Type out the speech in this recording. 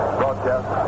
broadcast